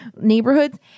neighborhoods